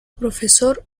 profesor